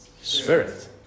spirit